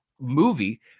movie